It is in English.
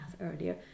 earlier